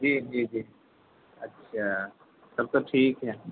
جی جی جی اچھا سب تو ٹھیک ہے